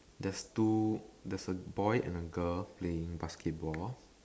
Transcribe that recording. there's two there's a boy and a girl playing basketball